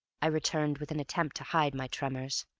i returned, with an attempt to hide my tremors.